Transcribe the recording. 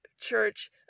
Church